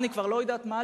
אני כבר לא יודעת מה,